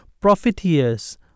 profiteers